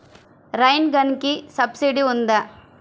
Rain గన్కి subsidy ఉందా?